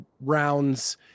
rounds